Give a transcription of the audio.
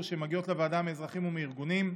שמגיעות לוועדה מאזרחים ומארגונים,